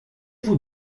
vous